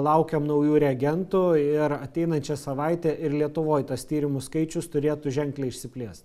laukiam naujų reagentų ir ateinančią savaitę ir lietuvoj tas tyrimų skaičius turėtų ženkliai išsiplėst